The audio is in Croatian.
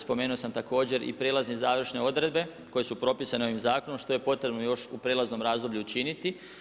Spomenuo sam također i prijelazne, završne odredbe, koje su propisane ovim zakonom, što je potrebno još u prijelaznom razdoblju učinit.